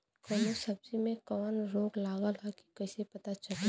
कौनो सब्ज़ी में कवन रोग लागल ह कईसे पता चली?